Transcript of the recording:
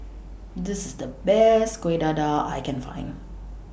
This IS The Best Kuih Dadar I Can Find